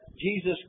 Jesus